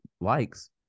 likes